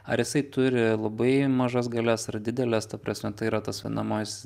ar jisai turi labai mažas galias ar dideles ta prasme tai yra tas vadinamasis